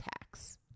tax